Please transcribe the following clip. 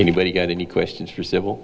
anybody get any questions for civil